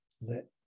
Let